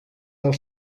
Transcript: del